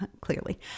clearly